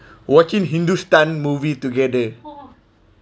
watching hindustan movie together